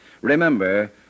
Remember